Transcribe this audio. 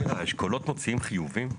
מבחינת הנוסח, כן.